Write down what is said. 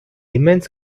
immense